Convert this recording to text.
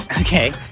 Okay